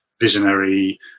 visionary